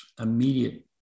immediate